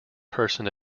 person